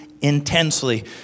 intensely